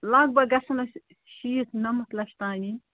لَگ بگ گژھن اَسہِ شیٖتھ نَمَتھ لَچھ تام یِنۍ